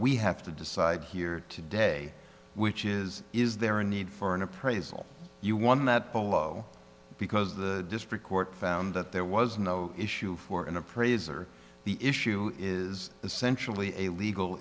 we have to decide here today which is is there a need for an appraisal you won that below because the district court found that there was no issue for an appraiser the issue is essentially a legal